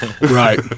right